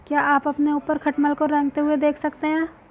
क्या आप अपने ऊपर खटमल को रेंगते हुए देख सकते हैं?